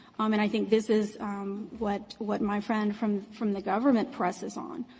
um and i think this is what what my friend from from the government presses on,